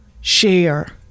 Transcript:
share